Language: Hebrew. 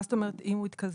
מה זאת אומרת "אם הוא התקזז"?